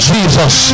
Jesus